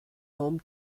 home